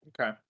Okay